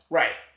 right